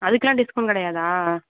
அதுக்கெலாம் டிஸ்கவுண்ட் கிடையாதா